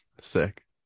sick